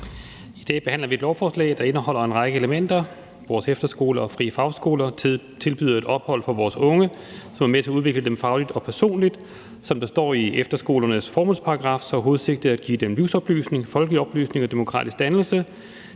I dag behandler vi et lovforslag, der indeholder en række elementer. Vores efterskoler og frie fagskoler tilbyder et ophold for vores unge, som er med til at udvikle dem fagligt og personligt. Som der står i efterskolernes formålsparagraf, er hovedsigtet at give dem livsoplysning, folkelig oplysning og demokratisk dannelse.